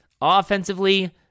Offensively